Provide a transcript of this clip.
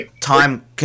Time